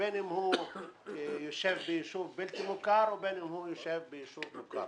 בין אם הוא יושב ביישוב בלתי מוכר ובין אם הוא יושב ביישוב מוכר.